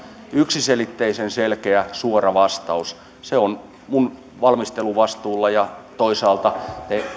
yksiselitteisen selkeä suora vastaus se on minun valmisteluvastuullani toisaalta te